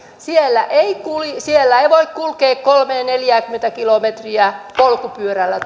siellä ei voi kulkea ratikalla tai kolmeakymmentä viiva neljääkymmentä kilometriä polkupyörällä